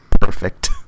perfect